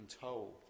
told